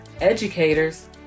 educators